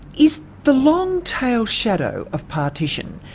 is the long tail shadow of partition,